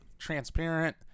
transparent